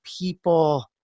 people